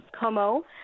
Como